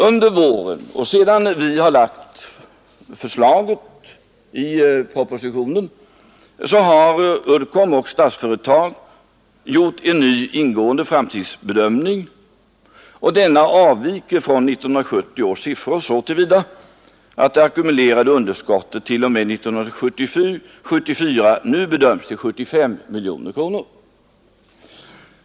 Under våren och sedan vi hade lagt förslaget i propositionen har Uddcomb och Statsföretag gjort en ny, ingående framtidsbedömning, och denna avviker från 1970 års siffror så till vida att det ackumulerade underskottet t.o.m. 1974 nu bedöms till 75 miljoner kronor.